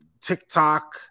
TikTok